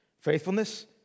faithfulness